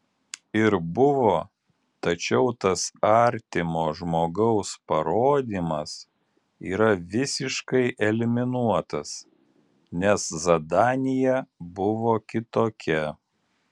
ir buvo tačiau tas artimo žmogaus parodymas yra visiškai eliminuotas nes zadanija buvo kitokia